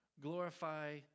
glorify